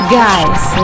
guys